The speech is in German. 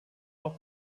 auch